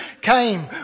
came